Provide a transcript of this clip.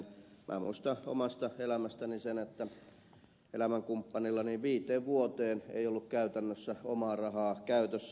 minä muistan omasta elämästäni sen että elämänkumppanillani ei ollut viiteen vuoteen käytännössä omaa rahaa käytössä